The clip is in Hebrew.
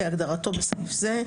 כהגדרתו בסעיף זה,